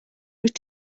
wyt